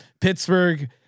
Pittsburgh